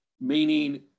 meaning